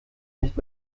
nicht